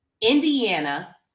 Indiana